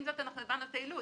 עם זה אנחנו הבנו את היעילות,